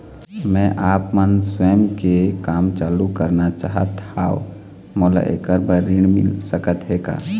मैं आपमन स्वयं के काम चालू करना चाहत हाव, मोला ऐकर बर ऋण मिल सकत हे का?